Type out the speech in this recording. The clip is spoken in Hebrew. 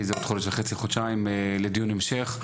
ומבחינתי זה עוד חודש וחצי חודשיים, לדיון המשך.